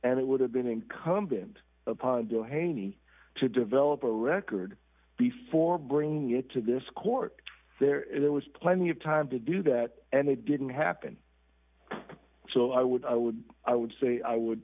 and it would have been incumbent upon the haining to develop a record before bringing it to this court there was plenty of time to do that and it didn't happen so i would i would i would say i would